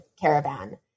caravan